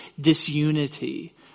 disunity